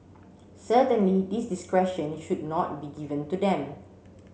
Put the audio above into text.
certainly this discretion should not be given to them